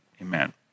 Amen